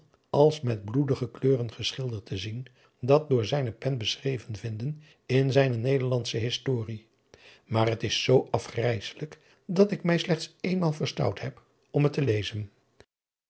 als met bloedige kleuren geschilderd te zien dat door zijne pen beschreven vinden in zijne nederlandsche historie maar het is zoo afgrijsselijk dat ik mij slechts eenmaal verstout heb om het te lezen